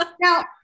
now